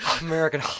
American